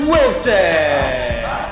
Wilson